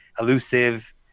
elusive